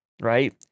right